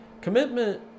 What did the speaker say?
commitment